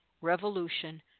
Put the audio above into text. revolution